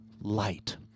light